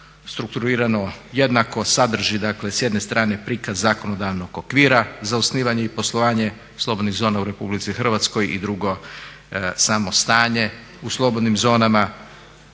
dakle s jedne strane prikaz zakonodavnog okvira za osnivanje i poslovanje slobodnih zona u Republici Hrvatskoj i drugo, samo stanje u slobodnim zonama,